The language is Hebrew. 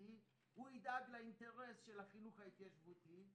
התיישבותי - הוא ידאג לאינטרס של החינוך ההתיישבותי.